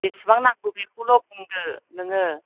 बेसेबां नांगौ बेखौल' बुंदो नोङो